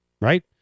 right